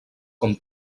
com